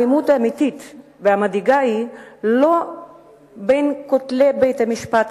האלימות האמיתית והמדאיגה היא לא בין כותלי בית-המשפט,